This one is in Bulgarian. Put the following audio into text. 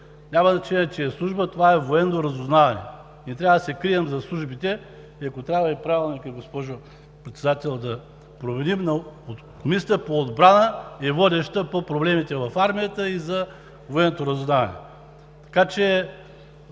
Няма значение, че е служба, това е „Военно разузнаване“. Не трябва да се крием зад службите и ако трябва, и Правилникът, госпожо Председател, да проверим, но Комисията по отбраната е водеща по проблемите в Армията и за „Военното разузнаване“.